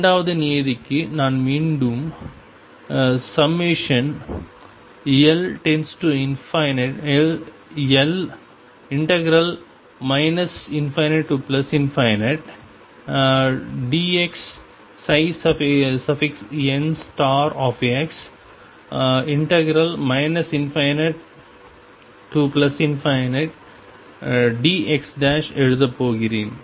இரண்டாவது நியதிக்கு நான் மீண்டும் l ∞dxnx ∞dx எழுதப் போகிறேன்